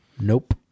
Nope